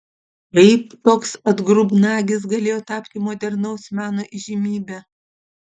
kaip toks atgrubnagis galėjo tapti modernaus meno įžymybe